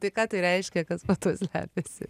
tai ką tai reiškia kad tu slepiasi